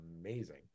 amazing